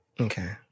Okay